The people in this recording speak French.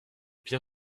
bien